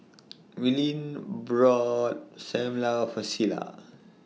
Willene bro SAM Lau For Celia